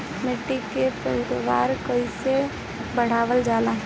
माटी के पैदावार कईसे बढ़ावल जाला?